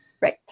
Right